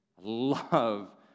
Love